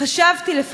לפחות לתומי,